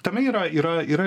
tame yra yra